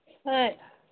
ꯍꯣꯏ